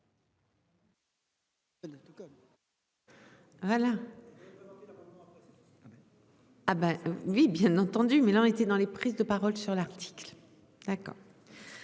Ah ben oui bien entendu, mais là on était dans les prises de parole sur l'article. D'accord.